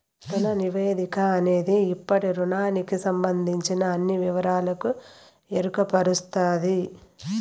రుణ నివేదిక అనేది ఇప్పటి రుణానికి సంబందించిన అన్ని వివరాలకు ఎరుకపరుస్తది